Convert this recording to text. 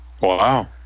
Wow